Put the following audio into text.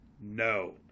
No